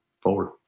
forward